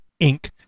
Inc